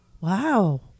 wow